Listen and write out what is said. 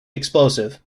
explosive